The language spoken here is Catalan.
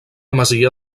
masia